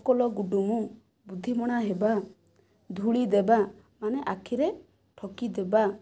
ଅକଲ ଗୁଡ଼ୁମ ବୁଦ୍ଧିମଣା ହେବା ଧୂଳି ଦେବା ମାନେ ଆଖିରେ ଠକି ଦେବା